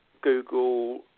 Google